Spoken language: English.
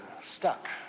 stuck